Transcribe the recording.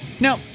Now